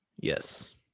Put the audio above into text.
Yes